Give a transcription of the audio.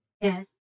Yes